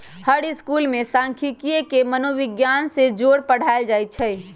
हर school में सांखियिकी के मनोविग्यान से जोड़ पढ़ायल जाई छई